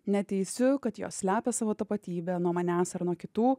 neteisiu kad jos slepia savo tapatybę nuo manęs ar nuo kitų